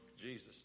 Jesus